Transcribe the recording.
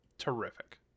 Terrific